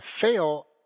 fail